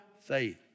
faith